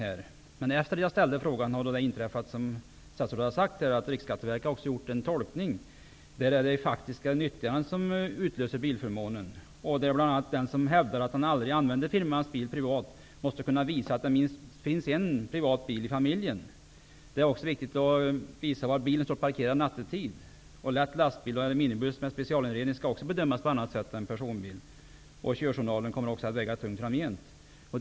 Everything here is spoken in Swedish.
Efter det att jag ställde min fråga har det inträffat, som skatteministern sade, att Riksskatteverket gjort den tolkningen att det är det faktiska nyttjandet som utlöser beskattning av bilförmånen. Den som hävdar att den aldrig använder firmans bil privat måste kunna visa att det finns en privat bil i familjen. Det är riktigt. Man måste kunna visa var bilen står parkerad nattetid. Lätt lastbil och minibuss med specialinredning skall bedömas på annat sätt än personbil. Körjournalen kommer också att väga tungt framgent.